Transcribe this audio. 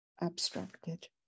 abstracted